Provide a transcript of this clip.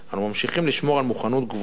אנו ממשיכים לשמור על מוכנות גבוהה